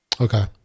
Okay